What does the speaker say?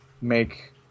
make